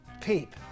peep